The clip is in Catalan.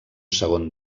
segon